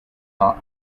not